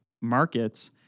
markets